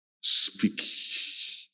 Speak